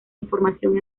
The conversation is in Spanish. información